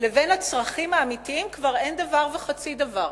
לבין הצרכים כבר אין דבר וחצי דבר.